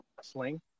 sling